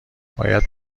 باید